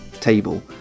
table